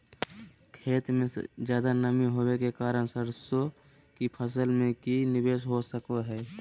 खेत में ज्यादा नमी होबे के कारण सरसों की फसल में की निवेस हो सको हय?